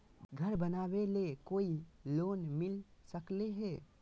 घर बनावे ले कोई लोनमिल सकले है?